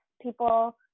people